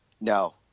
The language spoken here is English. No